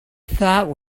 thought